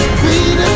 queen